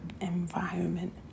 environment